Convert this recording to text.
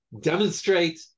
demonstrate